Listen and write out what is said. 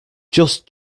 just